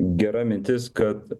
gera mintis kad